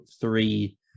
three